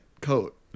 coat